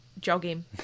jogging